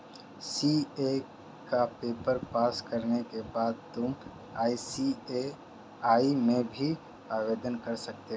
CA का paper pass करने के बाद तुम आई.सी.ए.आई में भी आवेदन कर सकते हो